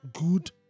good